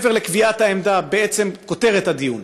מעבר לקביעת העמדה בעצם כותרת הדיון,